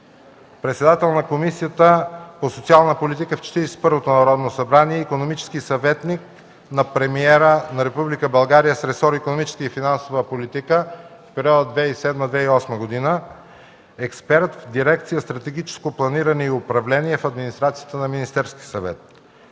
Председател е на Комисията по социална политика в Четиридесет и първото Народно събрание; икономически съветник на премиера на Република България с ресор икономическа и финансова политика в периода 2007-2008 г. Експерт е в дирекция „Стратегическо планиране и управление” в администрацията на Министерския съвет.